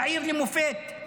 צעיר למופת,